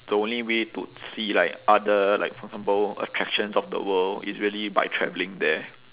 the only way to see like other like for example attractions of the world it's really by travelling there